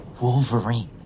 Wolverine